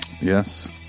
yes